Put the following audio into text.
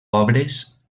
obres